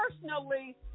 personally